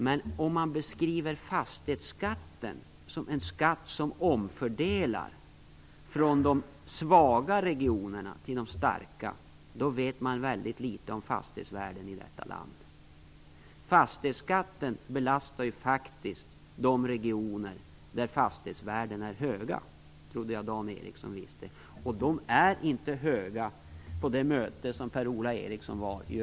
Men om man beskriver fastighetsskatten som en skatt som omfördelar från de svagare regionerna till de starka, då vet man verkligen litet om fastighetsvärden i detta land. Fastighetsskatten belastar faktiskt de regioner där fastighetsvärdena är höga. Det trodde jag att Dan Ericsson visste. Fastighetsvärdena är inte höga i Övertorneå när det gäller det möte som Per-Ola Eriksson var på.